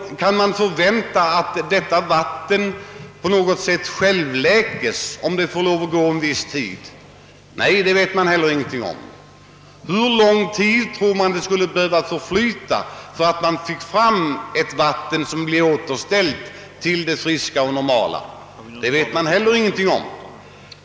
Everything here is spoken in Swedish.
— Kan man förvänta att dessa vatten på något sätt självläks efter en viss tid? — Nej, det vet vi ingenting om. — Hur lång tid tror ni det behövs för att vattnet skall bli friskt igen? — Det vet vi heller ingenting om.